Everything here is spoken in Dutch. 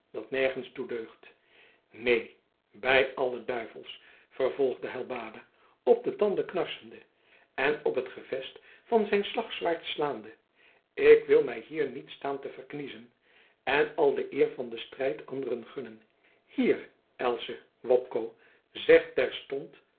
dat nergens toe deugt neen by alle duivels vervolgde helbada op de tanden knarsende en op het gevest van zijn slagzwaard slaande ik wil mij hier niet staan te verkniezen en al de eer van den strijd anderen gunnen hier else wopko zeg terstond